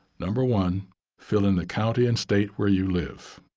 number one fill in the county and state where you live.